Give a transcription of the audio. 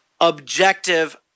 objective